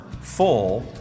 full